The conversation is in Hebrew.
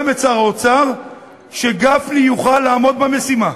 את שר האוצר שגפני יוכל לעמוד במשימה.